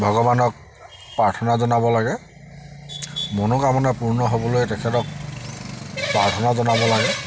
ভগৱানক প্ৰাৰ্থনা জনাব লাগে মনোকামনা পূৰ্ণ হ'বলৈ তেখেতক প্ৰাৰ্থনা জনাব লাগে